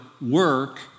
work